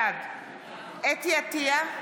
בעד חוה אתי עטייה,